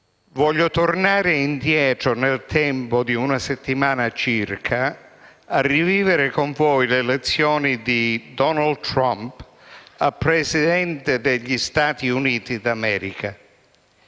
voglio tornare indietro nel tempo di una settimana circa e rivivere con voi l'elezione di Donald Trump a Presidente degli Stati Uniti d'America,